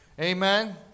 Amen